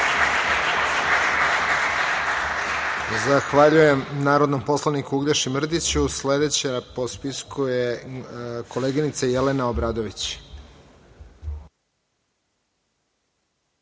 Zahvaljujem narodnom poslaniku Uglješi Mrdiću. Sledeća po spisku je koleginica Jelena Obradović.